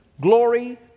glory